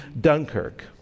Dunkirk